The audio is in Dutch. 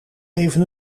even